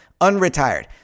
unretired